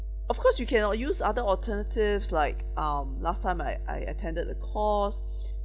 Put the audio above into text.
of course you cannot use other alternatives like um last time I I attended a course